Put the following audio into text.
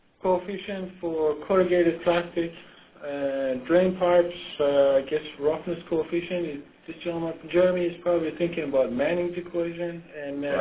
coefficient for corrugated plastic drain pipes. i guess roughness coefficient and is probably thinking about mannings equation.